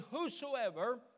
whosoever